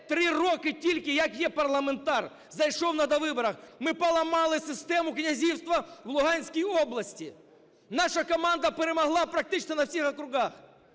три роки тільки як є парламентар, зайшов на довиборах. Ми поламали систему князівства в Луганській області. Наша команда перемогла практично на всіх округах.